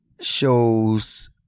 shows